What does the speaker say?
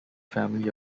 family